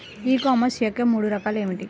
ఈ కామర్స్ యొక్క మూడు రకాలు ఏమిటి?